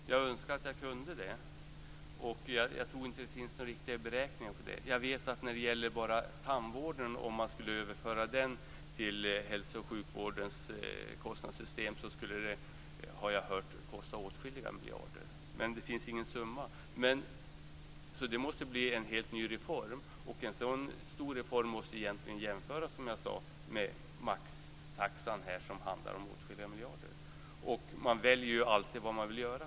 Fru talman! Jag önskar att jag kunde det. Jag tror inte att det finns några riktiga beräkningar av detta. Såvitt jag har hört kommer bara ett överförande av tandvården till hälso och sjukvårdens kostnadssystem att kosta åtskilliga miljarder. Det finns ingen summa för detta. Det måste bli en helt ny reform. En sådan stor reform måste, som jag sade, jämföras med maxtaxan, som kostar åtskilliga miljarder. Man väljer ju alltid vad man vill göra.